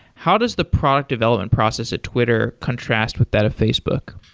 how does the product development process at twitter contrast with that of facebook?